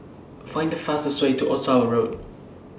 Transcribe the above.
Find fastest Way to Ottawa Road